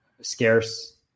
scarce